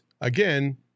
again